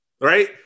right